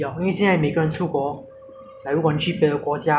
不然你就是 serve 那个 fourteen day S_N_H S_H_N